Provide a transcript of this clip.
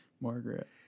Margaret